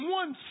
one